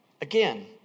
Again